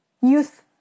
youth